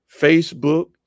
Facebook